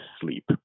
sleep